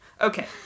Okay